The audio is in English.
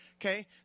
Okay